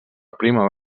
primo